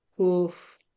Oof